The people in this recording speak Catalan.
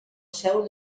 seu